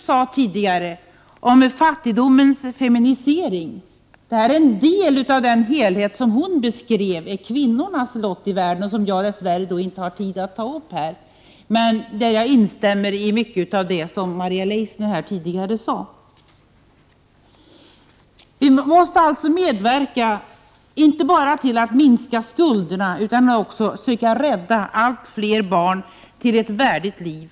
Hon talade ju om fattigdomens ”feminisering”. Det här är en del av den helhet som hon beskrev. Det handlar om kvinnornas lott i världen. Dess värre hinner jag inte ta upp den saken här. Men jag instämmer i mycket av det som Maria Leissner tidigare sade. Vi måste alltså medverka inte bara till att skuldbördan minskas utan också 33 till att allt fler barn kan räddas till ett värdigt liv.